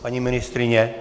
Paní ministryně?